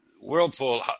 Whirlpool